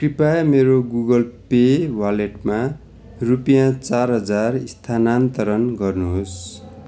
कृपया मेरो Google pay वालेटमा रुपियाँ चार हजार स्थानान्तरण गर्नुहोस्